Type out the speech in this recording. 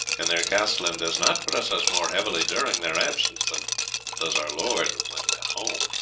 and their castellan does not press us more heavily during their absence than does our lord when at home.